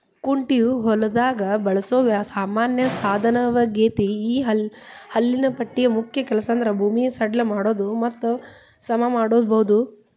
ಕುಂಟೆಯು ಹೊಲದಾಗ ಬಳಸೋ ಸಾಮಾನ್ಯ ಸಾದನವಗೇತಿ ಈ ಹಲ್ಲಿನ ಪಟ್ಟಿಯ ಮುಖ್ಯ ಕೆಲಸಂದ್ರ ಭೂಮಿನ ಸಡ್ಲ ಮಾಡೋದು ಮತ್ತ ಸಮಮಾಡೋದು